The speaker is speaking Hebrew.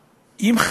אם,